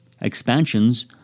expansions